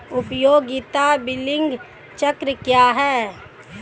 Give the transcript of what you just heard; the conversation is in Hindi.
उपयोगिता बिलिंग चक्र क्या है?